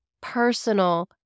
personal